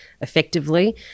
effectively